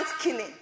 killing